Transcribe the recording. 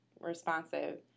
responsive